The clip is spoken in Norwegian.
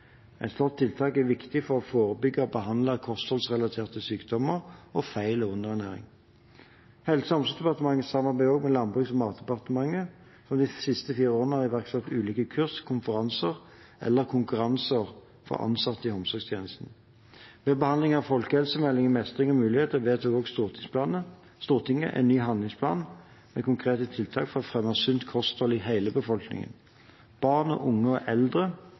Et slikt tiltak er viktig for å forebygge og behandle kostholdsrelaterte sykdommer og feil- og underernæring. Helse og omsorgsdepartementet samarbeider også med Landbruks- og matdepartementet, som de siste fire årene har iverksatt ulike kurs, konferanser eller konkurranser for ansatte i omsorgstjenestene. Ved behandlingen av folkehelsemeldingen, Mestring og muligheter, vedtok Stortinget en ny handlingsplan med konkrete tiltak for å fremme sunt kosthold i hele befolkningen. Barn, unge og eldre